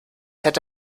hätte